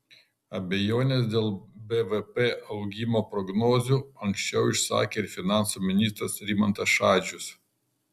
abejones dėl bvp augimo prognozių anksčiau išsakė ir finansų ministras rimantas šadžius